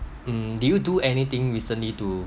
mm do you do anything recently to